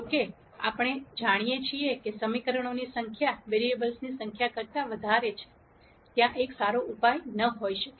જો કે આપણે જાણીએ છીએ કે સમીકરણોની સંખ્યા વેરીએબલોની સંખ્યા કરતા વધારે છે ત્યાં એક સારો ઉપાય ન હોઈ શકે